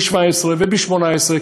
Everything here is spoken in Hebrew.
ב-2017 וב-2018,